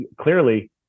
clearly